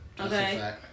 Okay